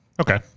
Okay